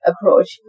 approach